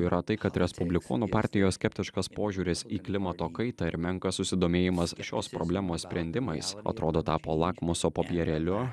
yra tai kad respublikonų partijos skeptiškas požiūris į klimato kaitą ir menkas susidomėjimas šios problemos sprendimais atrodo tapo lakmuso popierėliu